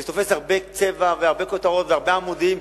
זה תופס הרבה צבע והרבה כותרות והרבה עמודים,